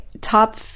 top